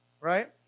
Right